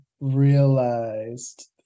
realized